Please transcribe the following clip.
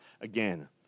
again